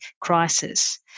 crisis